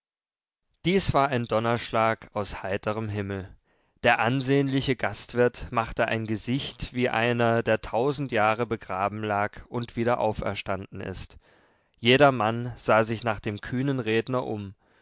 dies war ein donnerschlag aus heiterm himmel der ansehnliche gastwirt machte ein gesicht wie einer der tausend jahre begraben lag und wieder auferstanden ist jedermann sah sich nach dem kühnen redner um